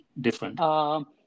different